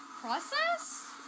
process